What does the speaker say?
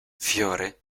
fiore